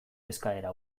eskaera